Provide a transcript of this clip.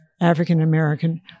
African-American